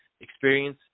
experience